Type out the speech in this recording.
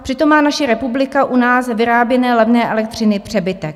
Přitom má naše republika u nás vyráběné levné elektřiny přebytek.